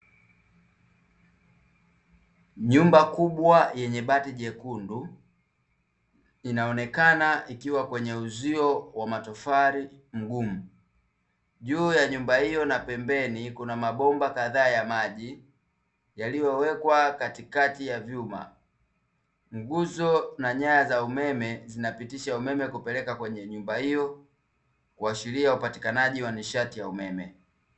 Jumba kubwa yenye bati jekundu, inaonekana likiwa kwenye uzio wa matofali mgumu. Juu ya nyumba hiyo na pembeni kuna mabomba kadhaa ya maji yaliyowekwa katikati ya vyuma. Nguzo na nyaya za umeme zinapitisha umeme kupeleka kwenye nyumba hiyo kuashiria upatikanaji wa nishati ya umeme.